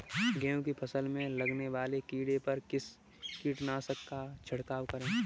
गेहूँ की फसल में लगने वाले कीड़े पर किस कीटनाशक का छिड़काव करें?